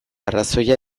arrazoia